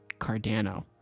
Cardano